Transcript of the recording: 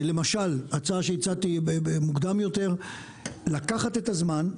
למשל הצעה שהצעתי מוקדם יותר, לקחת את הזמן,